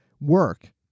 work